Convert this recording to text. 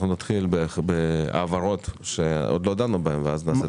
נתחיל בהעברות שעוד לא דנו בהן.